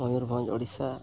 Mayurbhanj Odisha